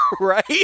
Right